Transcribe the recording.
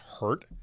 hurt